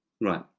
Right